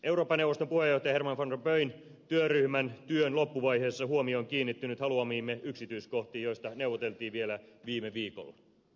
euroopan neuvoston puheenjohtajan herman van rompuyn työryhmän työn loppuvaiheessa huomio on kiinnittynyt haluamiimme yksityiskohtiin joista neuvoteltiin vielä viime viikolla